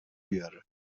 بیاره